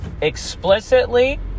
explicitly